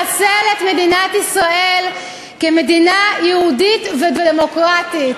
לחסל את מדינת ישראל כמדינה יהודית ודמוקרטית.